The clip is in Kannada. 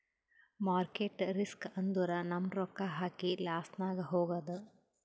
ಮಾರ್ಕೆಟ್ ರಿಸ್ಕ್ ಅಂದುರ್ ನಮ್ ರೊಕ್ಕಾ ಹಾಕಿ ಲಾಸ್ನಾಗ್ ಹೋಗದ್